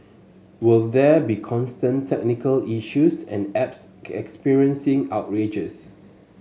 was there be constant technical issues and apps experiencing outrages